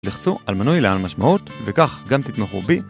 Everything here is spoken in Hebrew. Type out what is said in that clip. לחצו על מנוי לעל משמעות וכך גם תתמכו בי